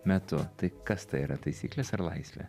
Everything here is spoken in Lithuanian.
metu tai kas tai yra taisyklės ar laisvė